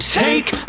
take